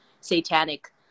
satanic